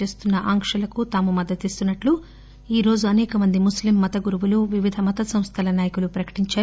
చేస్తున్న ఆంక్షలకు తాము మద్గతిస్తున్నట్లు ఈ రోజు అనేక మంది ముస్లిం మత గురువులు వివిధ మత సంస్థల నాయకులు ప్రకటించారు